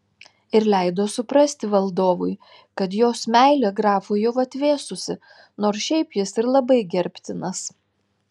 ir leido suprasti valdovui kad jos meilė grafui jau atvėsusi nors šiaip jis ir labai gerbtinas